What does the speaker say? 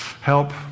help